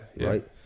right